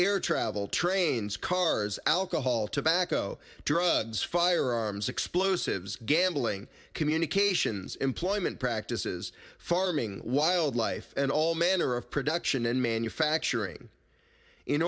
air travel trains cars alcohol tobacco drugs firearms explosives gambling communications employment practices farming wildlife and all manner of production and manufacturing in